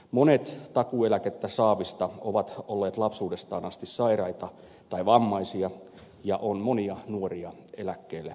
monet takuueläkettä saavista ovat olleet lapsuudestaan asti sairaita tai vammaisia ja on monia nuoria eläkkeelle joutuneita